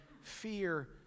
fear